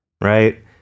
Right